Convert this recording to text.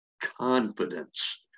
confidence